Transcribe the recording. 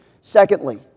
secondly